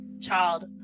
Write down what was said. child